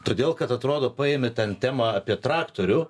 todėl kad atrodo paėmi ten temą apie traktorių